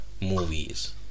movies